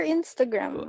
Instagram